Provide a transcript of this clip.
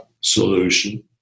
solution